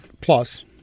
Plus